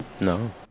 No